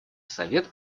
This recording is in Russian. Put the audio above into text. совет